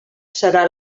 serà